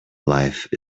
life